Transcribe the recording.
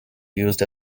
used